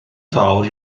fawr